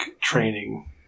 training